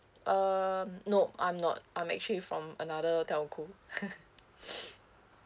uh nop I'm not I'm actually from another telco